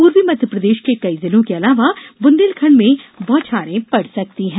पूर्वी मध्यप्रदेश के कई जिलों के अलावा बुंदेलखंड में बौछारें पड़ सकती हैं